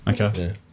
Okay